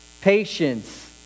patience